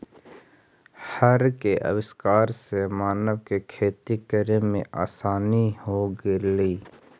हर के आविष्कार से मानव के खेती करे में आसानी हो गेलई